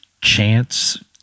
Chance